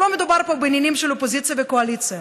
לא מדובר פה בעניינים של אופוזיציה וקואליציה,